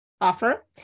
offer